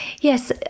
Yes